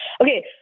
okay